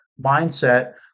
mindset